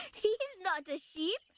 he's not a sheep,